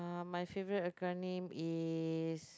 my favourite acronym is